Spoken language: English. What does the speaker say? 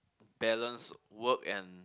balance work and